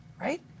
right